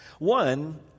One